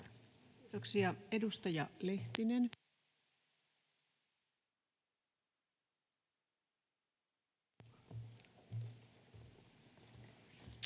Kiitoksia. — Edustaja Lehtinen. [Speech